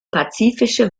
pazifische